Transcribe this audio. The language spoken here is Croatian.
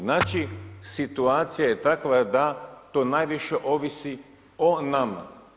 Znači, situacija je takva da to najviše ovisi o nama.